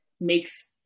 makes